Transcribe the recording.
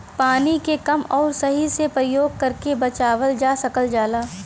पानी के कम आउर सही से परयोग करके बचावल जा सकल जाला